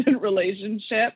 relationship